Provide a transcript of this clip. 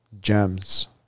gems